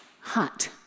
hot